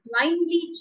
blindly